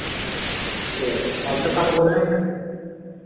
ये डॉक्टर साहब बोल रहे हैं क्या